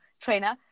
trainer